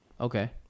Okay